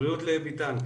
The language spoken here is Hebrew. בריאות לביטן.